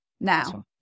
now